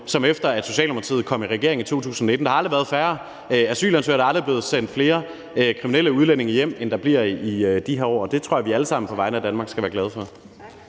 siden Socialdemokratiet i 2019 kom i regering, at der aldrig har været færre asylansøgere, end der er nu, og at der aldrig er blevet sendt flere kriminelle udlændinge hjem, end der bliver i de her år, og det tror jeg vi alle sammen på vegne af Danmark skal være glade for.